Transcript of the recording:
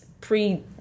pre